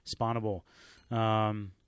Spawnable